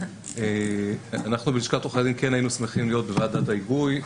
אנחנו בלשכת עורכי הדין כן היינו שמחים להיות בוועדת ההיגוי.